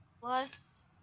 plus